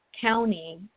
county